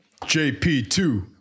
JP2